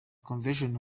convention